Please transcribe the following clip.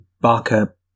Barker